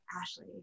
Ashley